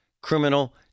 criminal